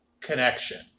connection